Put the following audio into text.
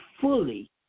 fully